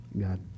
God